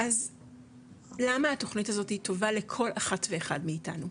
אז למה התוכנית הזאתי היא טובה לכל אחת ואחד מאיתנו?